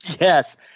Yes